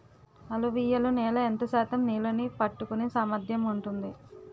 అలువియలు నేల ఎంత శాతం నీళ్ళని పట్టుకొనే సామర్థ్యం ఉంటుంది?